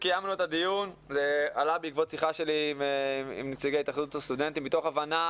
הדיון עלה בעקבות שיחה שלי עם נציגי התאחדות הסטודנטים מתוך הבנה